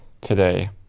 today